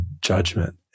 judgment